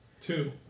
two